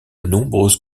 nombreuses